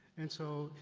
and so,